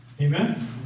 Amen